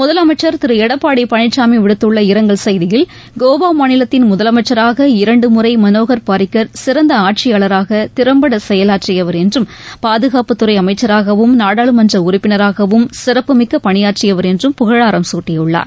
முதலமைச்சர் திரு எடப்பாடி பழனிசாமி விடுத்துள்ள இரங்கல் செய்தியில் கோவா மாநிலத்தின் முதலமைச்சராக இரண்டு முறை மனோகா் பாரிக்கா் சிறந்த ஆட்சியாளராக திறம்பட செயலாற்றியவர் என்றும் பாதுகாப்பு துறை அமைச்சராகவும் நாடாளுமன்ற உறுப்பினராகவும் சிறப்புமிக்க பணியாற்றியவர் என்றும் புகழாரம் சூட்டியுள்ளார்